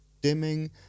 dimming